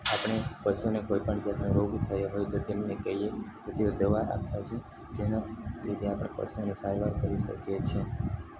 આપણે પશુને કોઈપણ જાતનો રોગ થયો હોય તો તેમને કહીએ તો તેઓ દવા આપતા હોય છે જેના લીધે આપણા પશુઓની સારવાર કરી શકીએ છીએ